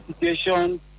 situation